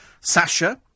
Sasha